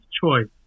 choice